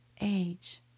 age